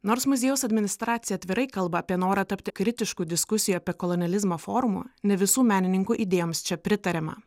nors muziejaus administracija atvirai kalba apie norą tapti kritiškų diskusijų apie kolonializmą forma ne visų menininkų idėjoms čia pritariama